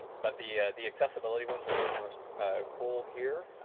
but the the accessibility ones are really kind of cool here.